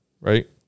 right